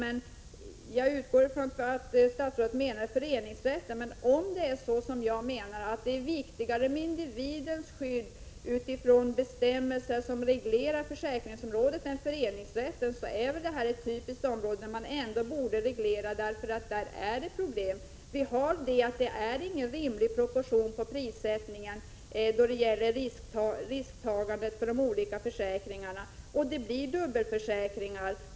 Jag utgår emellertid från att statsrådet menade föreningsrätten. Jag vill då säga att det när det gäller bestämmelser som reglerar försäkringsområdet enligt min mening är viktigare med individens skydd än med föreningsrätten. Om denna uppfattning är riktig är väl detta ett typexempel på ett område där man borde reglera. Inom det här området förekommer det ju problem. Det är t.ex. ingen rimlig proportion mellan prissättningen och risktagandet i de olika försäkringarna. Dessutom blir det dubbelförsäkringar.